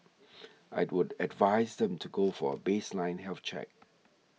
I would advise them to go for a baseline health check